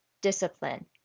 discipline